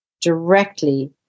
directly